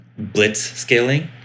Blitzscaling